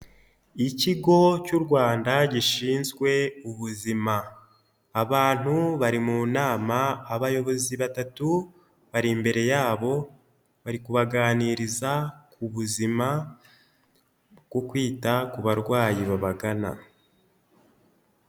Ikigo cy'u Rwanda gishinzwe ubuzima, abantu bari mu nama, abayobozi batatu bari imbere yabo, bari kubaganiriza ku buzima bwo kwita ku barwayi babagana.